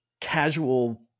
casual